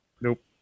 Nope